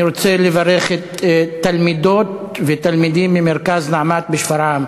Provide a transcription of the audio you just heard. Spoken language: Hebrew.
אני רוצה לברך את תלמידות ותלמידי מרכז "נעמת" בשפרעם.